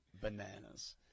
bananas